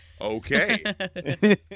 Okay